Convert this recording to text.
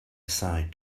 aside